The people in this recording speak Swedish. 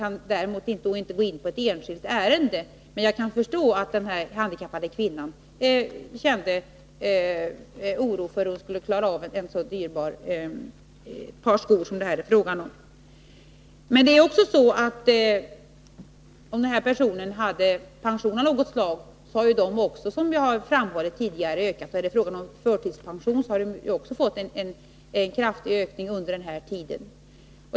Jag kan inte gå in på ett enskilt ärende, men jag kan förstå att den handikappade kvinnan känner oro för hur hon skall kunna skaffa ett par så dyrbara skor som det här är fråga om. Men om denna person hade pension av något slag har också denna ökat, såsom framhållits tidigare. Är det fråga om förtidspension har hon också fått en kraftig ökning under den här tiden.